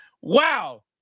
Wow